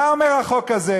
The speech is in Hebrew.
מה אומר החוק הזה?